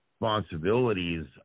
responsibilities